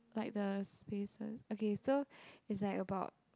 like the spaces okay so it's like about